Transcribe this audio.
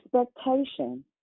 expectation